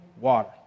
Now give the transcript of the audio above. water